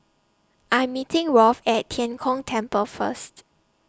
I'm meeting Rolf At Tian Kong Temple First